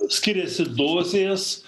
skiriasi dozės